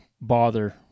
bother